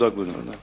תודה, כבודו.